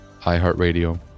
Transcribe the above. iHeartRadio